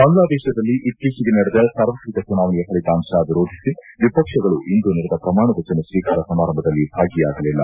ಬಾಂಗ್ಲಾದೇಶದಲ್ಲಿ ಇತ್ತೀಚೆಗೆ ನಡೆದ ಸಾರ್ವತ್ರಿಕ ಚುನಾವಣೆಯ ಫಲಿತಾಂಶ ಎರೋಧಿಸಿ ಎಪಕ್ಷಗಳು ಇಂದು ನಡೆದ ಪ್ರಮಾಣ ಮಚನ ಸ್ವೀಕಾರ ಸಮಾರಂಭದಲ್ಲಿ ಭಾಗಿಯಾಗಲಿಲ್ಲ